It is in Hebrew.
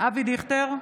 אבי דיכטר,